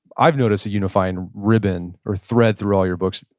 i've noticed a unifying ribbon or thread through all your books.